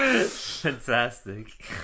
Fantastic